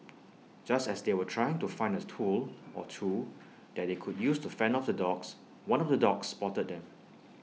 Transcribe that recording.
just as they were trying to find A tool or two that they could use to fend off the dogs one of the dogs spotted them